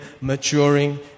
maturing